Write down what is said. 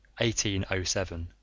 1807